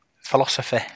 philosophy